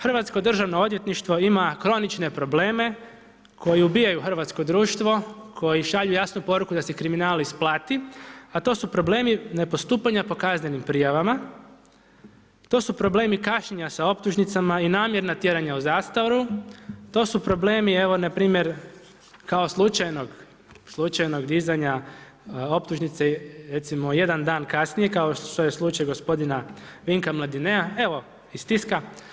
Hrvatsko Državno odvjetništvo ima kronične probleme, a koji ubijaju hrvatsko društvo, koji šalju jasnu poruku, da se kriminal isplati, a to su problemi nepostupanje po kaznenim prijavama, to su problemi kašnjenja sa optužnicama i namjerna tjeranja u zastaru, to su problemi, evo npr. kao slučajnog dizanja optužnice, recimo jedan dan kasnije, kao što je slučaj gospodina Vinka Mladineja, evo iz tiska.